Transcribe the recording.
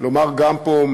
גם פה,